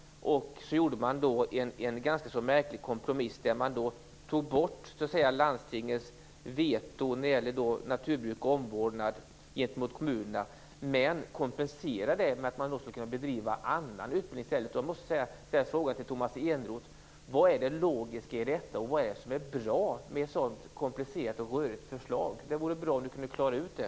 Sedan gjorde man en ganska märklig kompromiss, där man tog bort landstingets veto när det gäller naturbruk och omvårdnad gentemot kommunerna. Sedan kompenserade man med att det skulle kunna bedrivas annan utbildning i stället. Jag måste ställa en fråga till Tomas Eneroth: Vad är det logiska i detta? Vad är det som är bra med ett så komplicerat och rörigt förslag? Det vore bra om Tomas Eneroth kunde klara ut det.